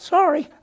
Sorry